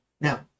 Now